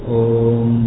om